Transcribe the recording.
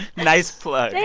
nice plug